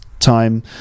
time